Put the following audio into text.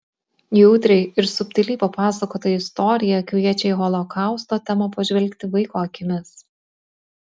jautriai ir subtiliai papasakota istorija kviečia į holokausto temą pažvelgti vaiko akimis